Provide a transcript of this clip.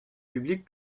publique